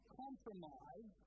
compromise